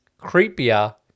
creepier